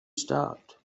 stopped